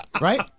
Right